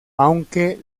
aunque